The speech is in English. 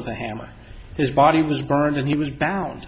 with a hammer his body was burned and he was bound